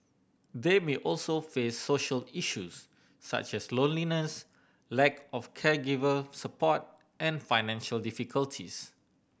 they may also face social issues such as loneliness lack of caregiver support and financial difficulties